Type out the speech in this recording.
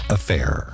Affair